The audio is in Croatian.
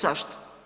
Zašto?